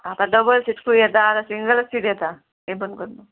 आतां डबल सिटकूय येता आतां सिंगल सीट येता हें बंद कर मुगो